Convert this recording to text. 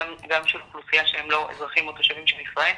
של אוכלוסייה שהם לא אזרחים או תושבים של ישראל,